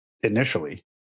initially